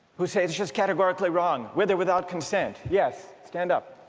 who say it's just categorically wrong, with or without consent, yes stand up.